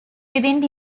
within